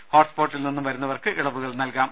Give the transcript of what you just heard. ഹോട്ട്സ്പോട്ടിൽ നിന്നും വരുന്നവർക്ക് ഇളവു നൽകാം